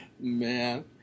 man